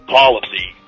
policy